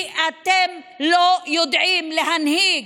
כי אתם לא יודעים להנהיג.